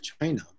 China